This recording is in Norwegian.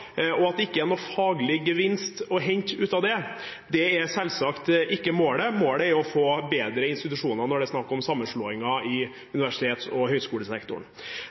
og at det ikke er noen faglig gevinst å hente ut av det. Det er selvsagt ikke målet, målet er å få bedre institusjoner når det er snakk om sammenslåinger i universitets- og høyskolesektoren.